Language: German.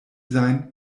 sein